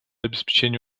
обеспечения